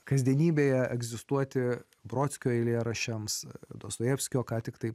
kasdienybėje egzistuoti brodskio eilėraščiams dostojevskio ką tiktai